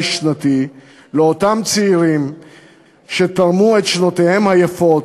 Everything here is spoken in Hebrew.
שנתי לאותם צעירים שתרמו את שנותיהם היפות,